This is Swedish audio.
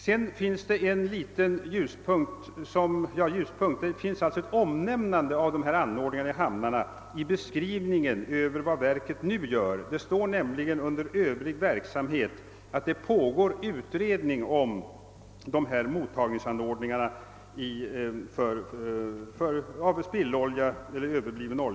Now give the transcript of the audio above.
Det finns emellertid ett omnämnande av anordningarna i hamnarna i beskrivningen över vad verket nu gör. Det står nämligen under »Övrig verk samhet» att det pågår utredning om mottagningsanordningarna för spillolja från fartyg.